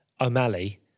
O'Malley